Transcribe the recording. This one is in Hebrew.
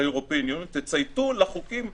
וממילא עורך הדין,